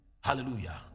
hallelujah